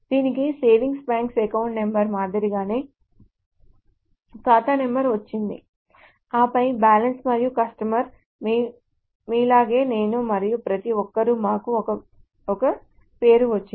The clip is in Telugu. దీనికి సేవింగ్స్ బ్యాంక్ అకౌంట్ నంబర్ మాదిరిగానే ఖాతా నంబర్ వచ్చింది ఆపై బ్యాలెన్స్ మరియు కస్టమర్ మీలాగే నేను మరియు ప్రతి ఒక్కరూ మాకు ఒక పేరు వచ్చింది